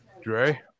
Dre